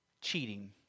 cheating